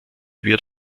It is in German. wird